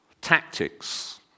tactics